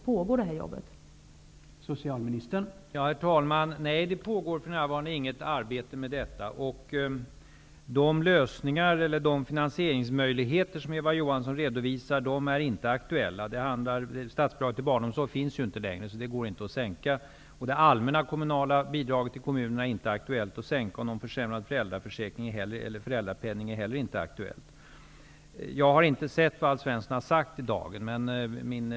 Pågår alltså nämnda arbete?